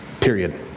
Period